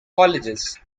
colleges